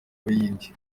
buhinde